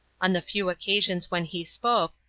on the few occasions when he spoke,